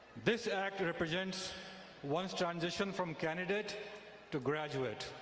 this act represents one's transition from candidate to graduate.